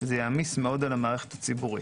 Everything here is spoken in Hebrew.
זה יעמיס מאוד על המערכת הציבורית.